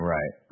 Right